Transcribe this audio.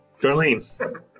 Darlene